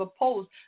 opposed